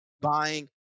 buying